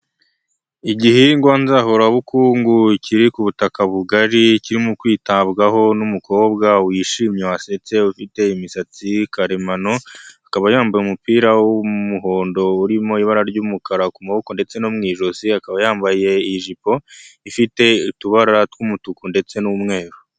Igihingwa nzahubukungu kiri ku butaka bugari kirimo kwitabwaho n'umukobwa wishimye wasetse ufite imisatsi karemano, akaba yambaye umupira w'umuhondo urimo ibara ry'umukara ku maboko ndetse no mu ijosi akaba yambaye ijipo, ifite utubara tw'umutuku ndetse n'umweru.